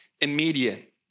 immediate